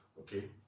Okay